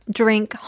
drink